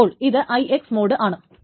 അപ്പോൾ ഇത് IX mode ആണ്